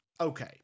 okay